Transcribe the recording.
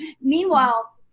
Meanwhile